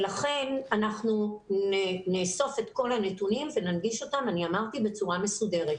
לכן נאסוף את כל הנתונים וננגיש אותם בצורה מסודרת.